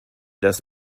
das